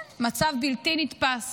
כן, מצב בלתי נתפס